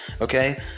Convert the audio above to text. okay